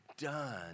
done